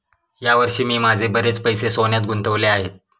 या वर्षी मी माझे बरेच पैसे सोन्यात गुंतवले आहेत